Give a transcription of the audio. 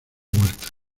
vueltas